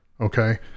Okay